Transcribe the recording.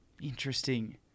Interesting